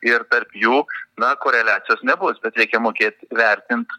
ir tarp jų na koreliacijos nebus bet reikia mokėt vertint